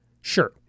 sure